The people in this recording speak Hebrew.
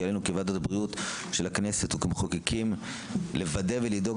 עלינו בוועדת הבריאות של הכנסת וכמחוקקים לוודא ולדאוג